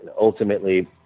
ultimately